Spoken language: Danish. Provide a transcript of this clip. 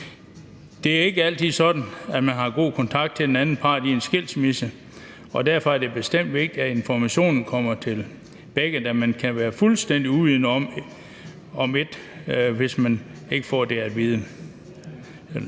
Det er ikke altid sådan, at man har god kontakt til den anden part i en skilsmisse, og derfor er det bestemt vigtigt, at informationen kommer til begge, da man ellers kan være fuldstændig uvidende om den, altså hvis man ikke får informationen